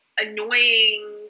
annoying